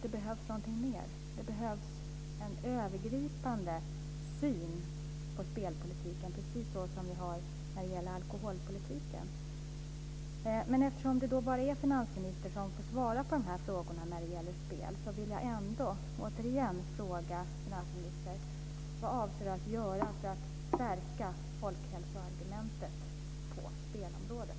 Det behövs en övergripande syn på spelpolitiken, precis som vi har på alkoholpolitiken. Eftersom det bara är finansministern som får svara på frågorna om spel vill jag återigen fråga vad han avser att göra för att stärka folkhälsoargumentet på spelområdet.